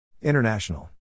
International